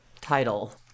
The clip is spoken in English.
title